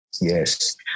Yes